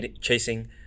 chasing